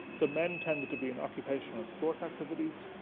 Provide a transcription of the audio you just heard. so, men tended to be in occupational and sport activities,